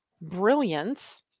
brilliance